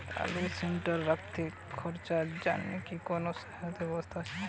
আলু স্টোরে রাখতে খরচার জন্যকি কোন সহায়তার ব্যবস্থা আছে?